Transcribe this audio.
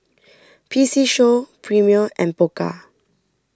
P C Show Premier and Pokka